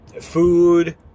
food